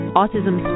Autism